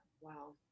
Wow